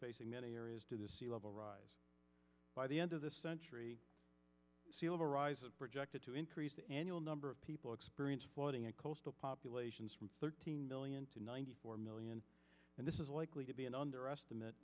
facing many areas to the sea level rise by the end of this century projected to increase the annual number of people experienced flooding and coastal populations from thirteen million to ninety four million and this is likely to be an underestimate